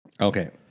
Okay